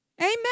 Amen